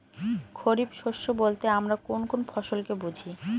খরিফ শস্য বলতে আমরা কোন কোন ফসল কে বুঝি?